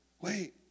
Wait